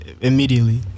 immediately